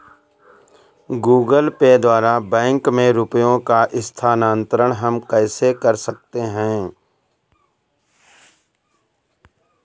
Google Pay द्वारा bank में रुपयों का स्थानांतरण हम कैसे कर सकते हैं?